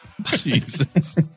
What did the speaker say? Jesus